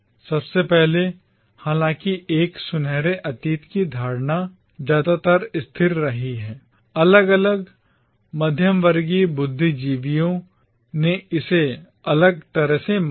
सबसे पहले हालांकि एक सुनहरे अतीत की धारणा ज्यादातर स्थिर रही अलग अलग मध्यवर्गीय बुद्धिजीवियों ने इसे अलग तरह से माना